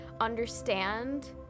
understand